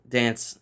dance